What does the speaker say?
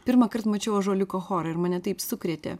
pirmąkart mačiau ąžuoliuko chorą ir mane taip sukrėtė